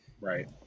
Right